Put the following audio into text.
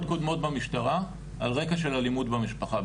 קודמות במשטרה על רקע של אלימות במשפחה.